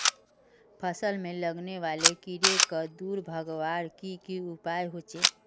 फसल में लगने वाले कीड़ा क दूर भगवार की की उपाय होचे?